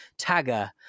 tagger